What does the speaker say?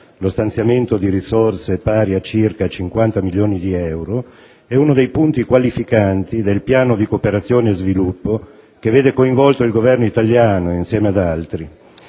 lo stanziamento di risorse pari a circa 50 milioni di euro, è uno dei punti qualificanti del piano di cooperazione e sviluppo che vede coinvolto il Governo italiano insieme ad altri.